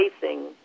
facing